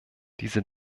diese